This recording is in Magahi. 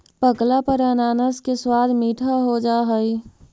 पकला पर अनानास के स्वाद मीठा हो जा हई